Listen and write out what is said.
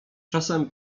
czasem